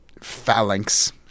phalanx